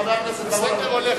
חבר הכנסת בר-און.